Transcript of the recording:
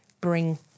bring